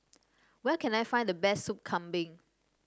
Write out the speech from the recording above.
where can I find the best Soup Kambing